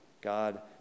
God